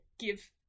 give